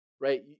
Right